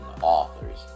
authors